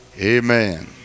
Amen